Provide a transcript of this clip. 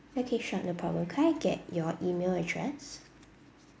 okay sure no problem could I get your email address